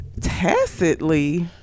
Tacitly